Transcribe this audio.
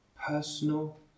personal